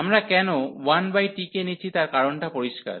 আমরা কেন 1t কে নিচ্ছি তার কারণটা পরিষ্কার